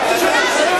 זו